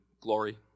Glory